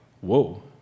whoa